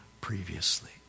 previously